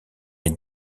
est